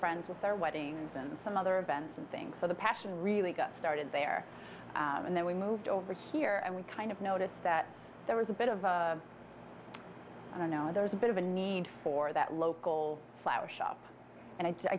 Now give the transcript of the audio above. friends with their weddings and some other events and things so the passion really got started there and then we moved over here and we kind of noticed that there was a bit of a i don't know there's a bit of a need for that local flower shop and i